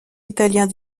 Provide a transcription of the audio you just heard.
italiens